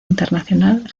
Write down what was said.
internacional